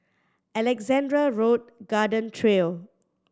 Alexandra Road Garden Trail